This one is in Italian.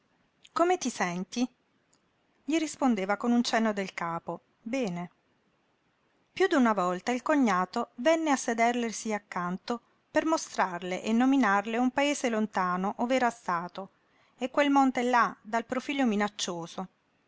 come ti senti gli rispondeva con un cenno del capo bene piú d'una volta il cognato venne a sederlesi accanto per mostrarle e nominarle un paese lontano ov'era stato e quel monte là dal profilo minaccioso